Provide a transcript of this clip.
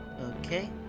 Okay